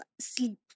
sleep